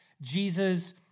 Jesus